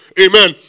Amen